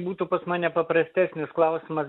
būtų pas mane paprastesnis klausimas